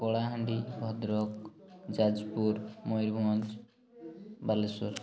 Kalahandi Bhadrak Jajpur Mayurbhanj Balasore